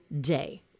day